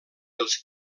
dels